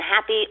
happy